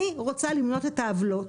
אני רוצה למנות את העוולות.